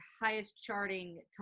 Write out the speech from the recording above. highest-charting